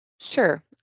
sure